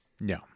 No